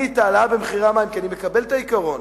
את ההעלאה במחירי המים, כי אני מקבל את העיקרון